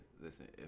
listen